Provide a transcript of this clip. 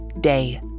day